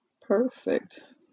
perfect